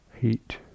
heat